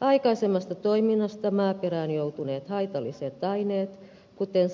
aikaisemmasta toiminnasta maaperään joutuneet haitalliset aineet kuten